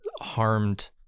harmed